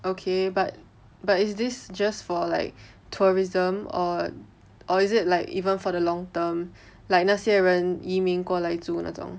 okay but but is this just for like tourism or or is it like even for the long term like 那些人移民过来住那种